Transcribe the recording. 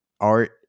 art